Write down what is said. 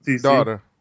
Daughter